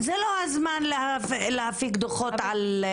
זה לא הזמן להפיק דוחות על מסיכות.